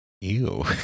Ew